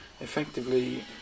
...effectively